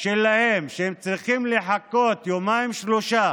שלהם שהם צריכים לחכות יומיים-שלושה